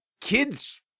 kids